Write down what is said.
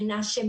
מנשה,